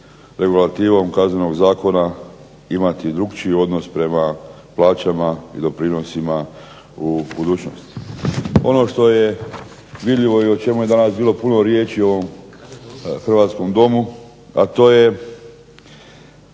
regulativom Kaznenog zakona imati drukčiji odnos prema plaćama i doprinosima u budućnosti. Ono što je vidljivo i o čemu je danas bilo puno riječi u ovom hrvatskom Domu, a to je